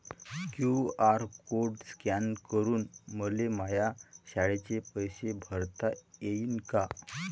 QR code scan करून मले माया शाळेचे पैसे भरता येईन का?